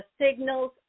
signals